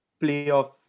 playoff